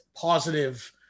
positive